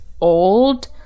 old